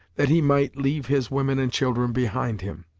that he might leave his women and children behind him